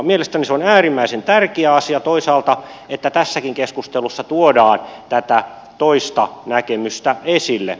mielestäni se on äärimmäisen tärkeä asia toisaalta että tässäkin keskustelussa tuodaan tätä toista näkemystä esille